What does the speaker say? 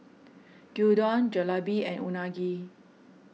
Gyudon Jalebi and Unagi